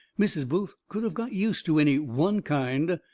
mrs. booth could of got use to any one kind.